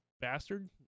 bastard